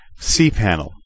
cPanel